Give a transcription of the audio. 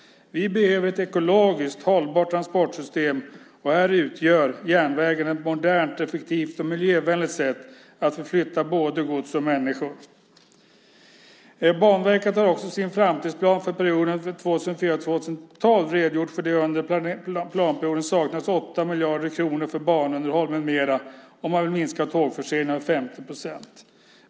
Vi behöver ett ekologiskt hållbart transportsystem, och här utgör järnvägen ett modernt, effektivt och miljövänligt sätt att förflytta både gods och människor. Banverket har också i sin framtidsplan för perioden 2004-2012 redogjort för att det under planperioden saknas 8 miljarder kronor för banunderhåll med mera, och man vill minska tågförseningarna med 50 %.